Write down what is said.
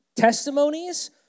Testimonies